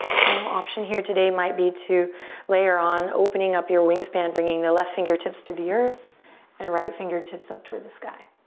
final option here today might be to layer on opening up your wingspan, bringing the left fingertips to the earth and right fingertips up toward the sky.